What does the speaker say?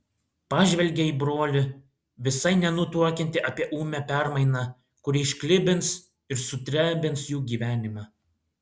pažvelgė į brolį visai nenutuokiantį apie ūmią permainą kuri išklibins ir sudrebins jų gyvenimą